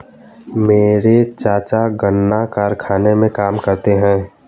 मेरे चाचा गन्ना कारखाने में काम करते हैं